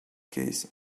case